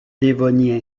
dévonien